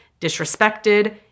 disrespected